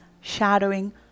shadowing